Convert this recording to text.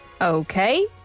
Okay